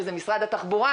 שזה משרד התחבורה,